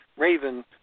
Raven